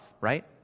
right